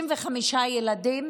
55% ילדים